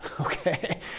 okay